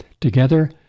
Together